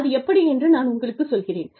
அது எப்படி என்று நான் உங்களுக்குச் சொல்கிறேன்